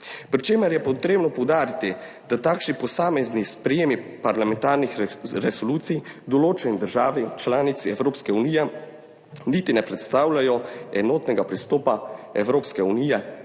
Pri tem je treba poudariti, da takšni posamezni sprejemi parlamentarnih resolucij določeni državi članici Evropske unije niti ne predstavljajo enotnega pristopa Evropske unije